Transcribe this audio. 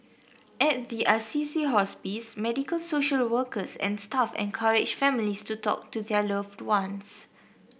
at the Assisi Hospice medical social workers and staff encourage families to talk to their loved ones